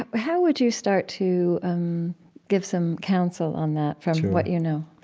but how would you start to give some counsel on that from what you know?